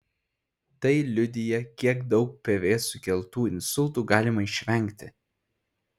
tai liudija kiek daug pv sukeltų insultų galima išvengti